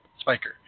Spiker